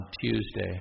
Tuesday